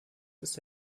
ist